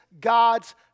God's